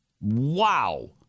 Wow